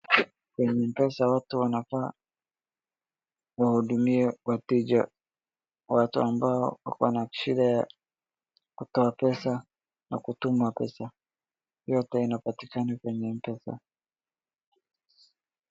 Kwenye mpesa watu wanafaa wahudumie wateja, watu ambao wako na shida ya kutoa pesa na kutuma pesa, yote inapatikana kwenye mpesa.